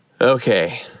Okay